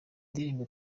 ndirimbo